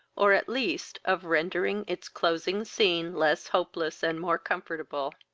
or, at least, of rendering its closing scene less hopeless and more comfortable.